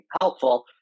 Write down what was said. helpful